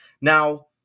Now